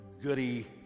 goody